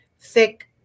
thick